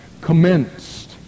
commenced